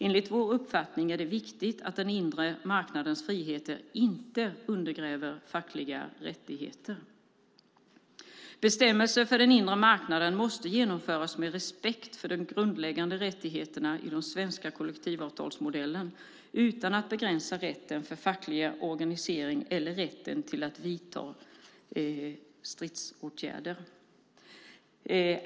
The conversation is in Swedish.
Enligt vår uppfattning är det viktigt att den inre marknadens friheter inte undergräver fackliga rättigheter. Bestämmelser för den inre marknaden måste genomföras med respekt för de grundläggande rättigheterna i den svenska kollektivavtalsmodellen utan att begränsa rätten till facklig organisering eller rätten att vidta stridsåtgärder.